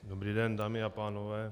Dobrý den, dámy a pánové.